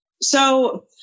So-